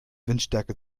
windstärke